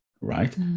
right